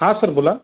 हां सर बोला